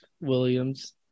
Williams